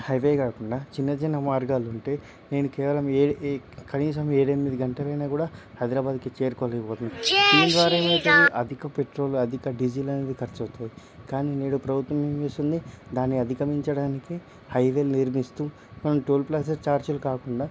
highway కాకుండా చిన్న చిన్న మార్గాలుంటే నేను కేవలం ఏడు కనీసం ఏడెనిమ్మిది గంటలు అయినా కూడా హైదరాబాదుకి చేరుకోలేకపోతిని దీనివల్ల ఏమవుతుంది అధిక పెట్రోలు అధిక డీజిల్ అనేది ఖర్చవుతుంది కానీ నేడు ప్రభుత్వం ఏం చేస్తుంది దాన్ని అధికమించడానికి హైవేలు నిర్మిస్తూ మనం టోల్ ప్లాజా చార్జీలు కాకుండా